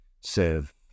serve